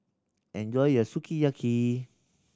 enjoy your Sukiyaki